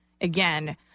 again